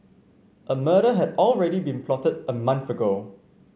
a murder had already been plotted a month ago